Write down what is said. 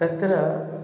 तत्र